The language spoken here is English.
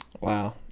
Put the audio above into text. Wow